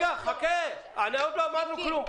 חכה, עוד לא אמרנו כלום.